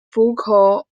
focal